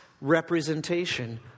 representation